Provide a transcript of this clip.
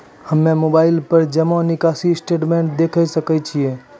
हम्मय मोबाइल पर अपनो जमा निकासी स्टेटमेंट देखय सकय छियै?